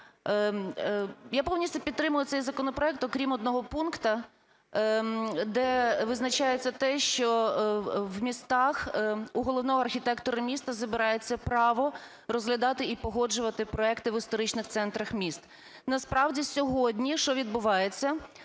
Я повністю підтримую цей законопроект, окрім одного пункту, де визначається те, що в містах у головного архітектора міста забирається право розглядати і погоджувати проекти в історичних центрах міст. Насправді сьогодні що відбувається: